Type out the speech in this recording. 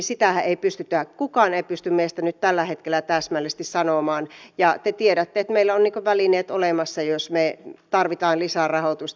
sitähän ei kukaan meistä pysty nyt tällä hetkellä täsmällisesti sanomaan ja te tiedätte että meillä on välineet olemassa jos me tarvitsemme lisärahoitusta